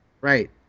right